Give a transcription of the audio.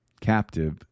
captive